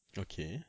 okay